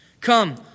Come